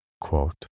Quote